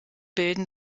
bilden